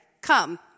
come